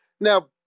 Now